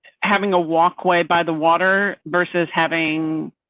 having a walk way by the water versus having.